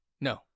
No